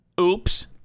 oops